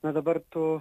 na dabar tu